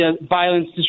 Violence